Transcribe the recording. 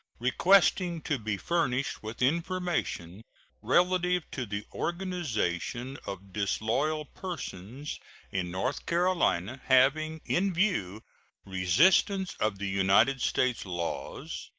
requesting to be furnished with information relative to the organization of disloyal persons in north carolina having in view resistance of the united states laws,